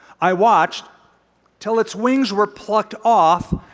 i watched till its wings were plucked off,